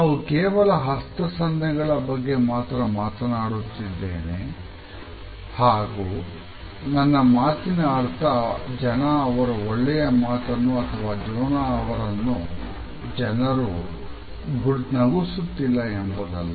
ನಾವು ಕೇವಲ ಹಸ್ತ ಸನ್ನೆಗಳ ಬಗ್ಗೆ ಮಾತ್ರ ಮಾತನಾಡುತ್ತಿದ್ದೇನೆ ಹಾಗೂ ನನ್ನ ಮಾತಿನ ಅರ್ಥ ಜನ ಅವರು ಒಳ್ಳೆಯ ಮಾತನ್ನು ಅಥವಾ ಜೋನಾ ಅವರು ಜನರನ್ನು ನಗಿಸುತ್ತಿಲ್ಲ ಎಂಬುದಲ್ಲ